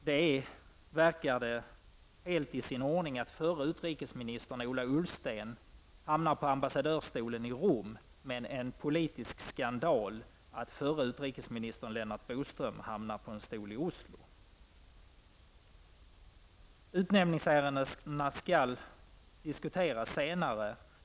Det verkar som om det är helt i sin ordning att förre utrikesministern Ola Ullsten hamnar på ambassadörsstolen i Rom, men att det är en politisk skandal att förre utrikesministern Lennart Bodström hamnar på en stol i Oslo. Utnämningsärendena skall diskuteras senare.